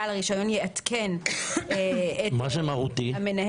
בעל הרישיון יעדכן את המנהל.